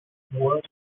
worked